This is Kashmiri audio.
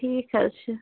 ٹھیٖک حظ چھُ